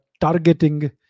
targeting